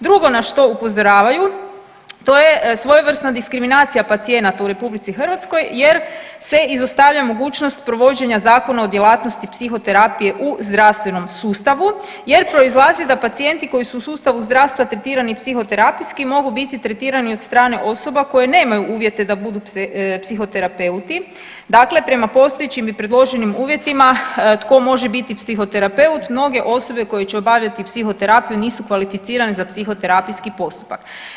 Drugo na što upozoravaju to je svojevrsna diskriminacija pacijenata u RH jer se izostavlja mogućnost provođenja Zakona o djelatnosti psihoterapije u zdravstvenom sustavu jer proizlazi da pacijenti koji su u sustavu zdravstva tretirani psihoterapijski mogu biti tretirani od strane osobe koje nemaju uvjete da budu psihoterapeuti, dakle prema postojećim i predloženim uvjetima tko može biti psihoterapeut mnoge osobe koje će obavljati psihoterapiju nisu kvalificirane za psihoterapijski postupak.